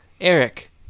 eric